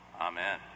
Amen